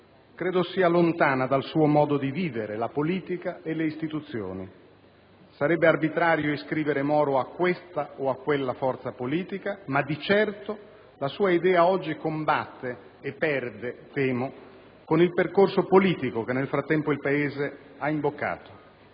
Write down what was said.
credo sia lontana del suo modo di vivere la politica e le istituzioni. Sarebbe arbitrario iscrivere Moro a questa o a quella forza politica, ma di certo la sua idea oggi combatte e perde, temo, con il percorso politico che nel frattempo il Paese ha imboccato.